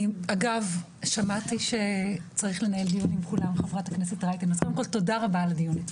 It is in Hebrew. אגב, חברת הכנסת רייטן, תודה רבה על הדיון.